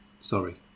Sorry